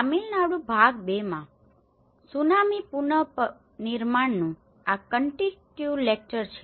તમિલનાડુ ભાગ બેમાં સુનામી પુનર્નિર્માણનું આ કન્ટિન્યુ લેક્ચર છે